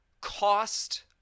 cost